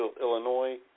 Illinois